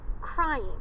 crying